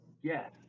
yes